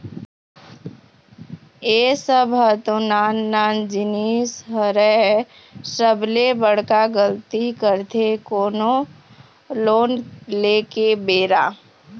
ए सब ह तो नान नान जिनिस हरय सबले बड़का गलती करथे कोनो लोन ले के बेरा